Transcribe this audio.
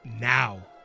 now